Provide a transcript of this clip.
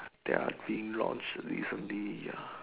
there are being launched recently ya